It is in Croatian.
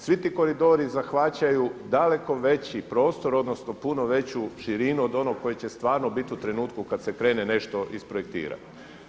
Svi ti koridori zahvaćaju daleko veći prostor, odnosno puno veću širinu od onog koji će stvarno bit u trenutku kad se krene nešto isprojektirati.